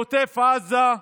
בעוטף עזה,